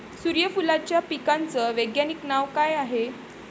सुर्यफूलाच्या पिकाचं वैज्ञानिक नाव काय हाये?